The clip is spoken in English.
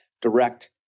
direct